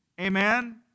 Amen